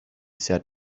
said